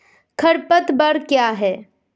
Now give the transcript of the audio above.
खरपतवार क्या है?